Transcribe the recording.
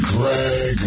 Greg